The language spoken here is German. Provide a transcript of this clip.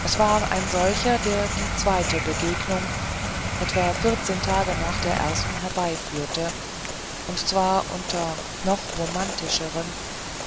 es war ein solcher der die zweite begegnung etwa vierzehn tage nach der ersten herbeiführte und zwar unter noch romantischeren